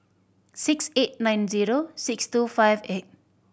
six eight nine zero six two five eight